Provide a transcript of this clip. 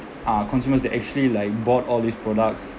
uh consumers that actually like bought all these products